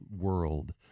world